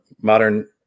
modern